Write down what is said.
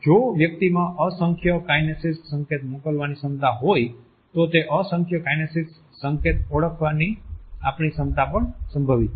જો વ્યક્તિમાં અસંખ્ય કાઈનેસીક્સ સંકેત મોકલવાની ક્ષમતા હોય તો તે અસંખ્ય કાઈનેસીક્સ સંકેત ઓળખવાની આપણી ક્ષમતા પણ સંભવિત છે